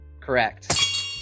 Correct